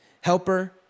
Helper